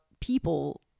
people